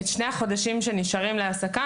ואת שני החודשים שנותרים להעסקה,